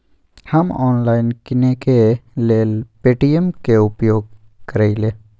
हम ऑनलाइन किनेकेँ लेल पे.टी.एम के उपयोग करइले